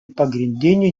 pagrindiniu